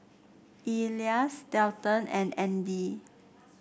Elias Dalton and Andy